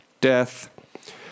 death